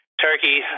turkey